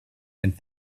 and